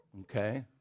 okay